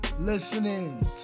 listening